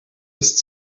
ist